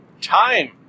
time